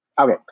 okay